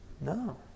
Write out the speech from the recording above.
No